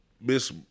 Miss